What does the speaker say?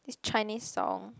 this Chinese song